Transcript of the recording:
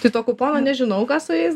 tai to kupono nežinau ką su jais